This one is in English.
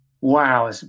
Wow